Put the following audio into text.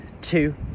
two